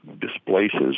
displaces